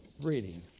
reading